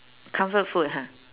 comfort food ha